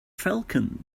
falcon